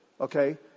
okay